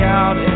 out